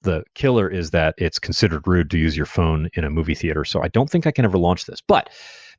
the killer is that it's considered rude to use your phone in a movie theater. so i don't think i can ever launch this. but